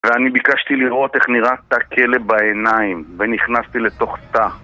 ואני ביקשתי לראות איך נראה תא כלא בעיניים, ונכנסתי לתוך תא